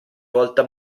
volta